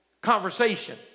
conversation